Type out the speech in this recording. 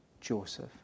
Joseph